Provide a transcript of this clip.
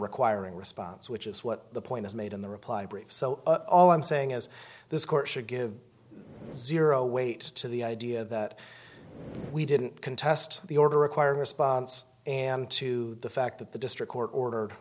requiring response which is what the it was made in the reply brief so all i'm saying is this court should give zero weight to the idea that we didn't contest the order requiring response and to the fact that the district court ordered